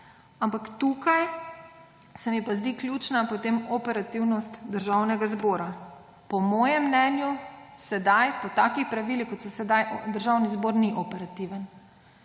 Ampak tukaj se mi zdi pa potem ključna operativnost Državnega zbora. Po mojem mnenju po takih pravilih, kot so sedaj, Državni zbor ni operativen.